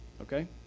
okay